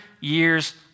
years